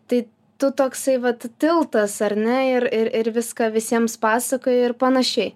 tai tu toksai vat tiltas ar ne ir ir ir viską visiems pasakoji ir panašiai